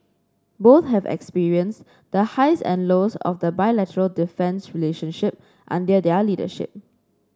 both have experienced the highs and lows of the bilateral defence relationship under their leadership